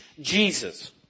Jesus